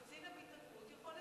וקצין הבטיחות יכול,